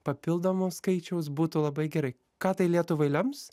papildomo skaičiaus būtų labai gerai ką tai lietuvai lems